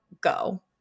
go